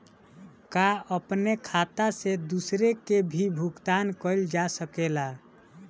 का अपने खाता से दूसरे के भी भुगतान कइल जा सके ला?